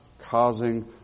causing